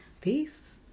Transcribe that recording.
peace